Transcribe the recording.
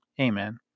Amen